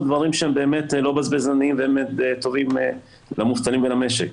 דברים שהם באמת לא בזבזניים וטובים למובטלים ולמשק.